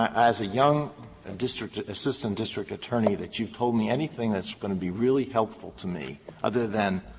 as a young and district assistant district attorney, that you have told me anything that's going to be really helpful to me other than,